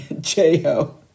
J-Ho